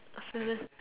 seven